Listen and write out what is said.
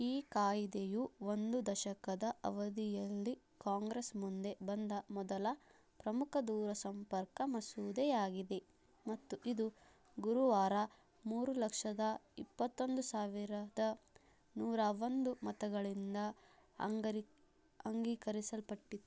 ಈ ಕಾಯಿದೆಯು ಒಂದು ದಶಕದ ಅವಧಿಯಲ್ಲಿ ಕಾಂಗ್ರೆಸ್ ಮುಂದೆ ಬಂದ ಮೊದಲ ಪ್ರಮುಖ ದೂರ ಸಂಪರ್ಕ ಮಸೂದೆಯಾಗಿದೆ ಮತ್ತು ಇದು ಗುರುವಾರ ಮೂರು ಲಕ್ಷದ ಇಪ್ಪತ್ತೊಂದು ಸಾವಿರದ ನೂರಾ ಒಂದು ಮತಗಳಿಂದ ಅಂಗರಿ ಅಂಗೀಕರಿಸಲ್ಪಟ್ಟಿತ್ತು